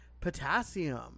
potassium